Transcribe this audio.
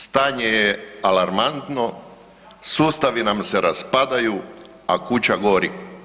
Stanje je alarmantno, sustavi nam se raspadaju, a kuća gori.